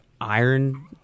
iron